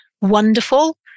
wonderful